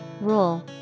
rule